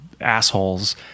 assholes